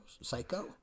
psycho